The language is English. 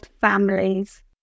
families